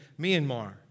Myanmar